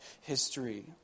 history